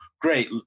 Great